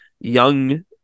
young